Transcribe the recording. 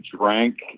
drank